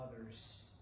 others